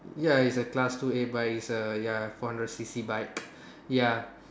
ya it's a class two a but it's a ya four hundred C C bike ya